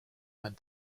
and